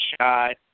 shot